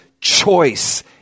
choice